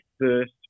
first